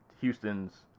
Houston's